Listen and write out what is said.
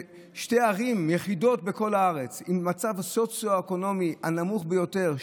שתי הערים היחידות בכל הארץ עם המצב הסוציו-אקונומי הנמוך ביותר,